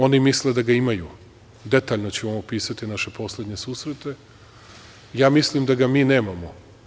Oni misle da ga imaju, detaljno ću vam opisati naše poslednje susrete, ja mislim da ga mi nemamo.